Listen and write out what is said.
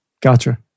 Gotcha